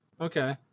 okay